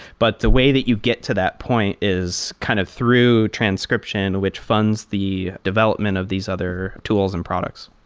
but the way that you get to that point is kind of through transcription, which funds the development of these other tools and products.